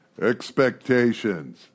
expectations